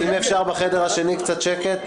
אם אפשר בחדר השני קצת שקט.